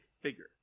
figure